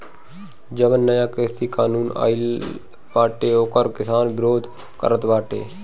जवन नया कृषि कानून आइल बाटे ओकर किसान विरोध करत बाटे